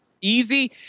easy